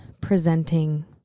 presenting